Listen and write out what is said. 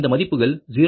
02j 0